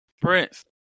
Prince